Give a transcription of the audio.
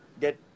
get